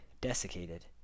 Desiccated